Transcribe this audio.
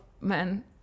men